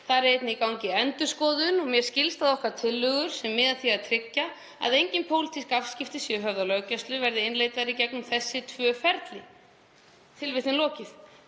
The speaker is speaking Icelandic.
Það er einnig í gangi endurskoðun. Mér skilst að okkar tillögur sem miða að því að tryggja að engin pólitísk afskipti séu höfð af löggæslu verði innleiddar í gegnum þessi tvö ferli.“ Þetta segir